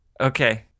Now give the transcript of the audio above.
Okay